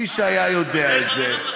מי שהיה שם יודע את זה.